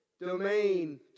domain